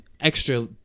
extra